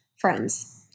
friends